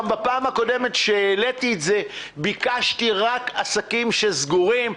גם בפעם הקודמת שהעליתי את זה ביקשתי רק עסקים סגורים.